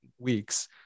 weeks